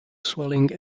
swelling